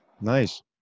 nice